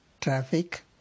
traffic